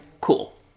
cool